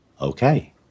Okay